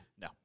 no